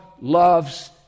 loves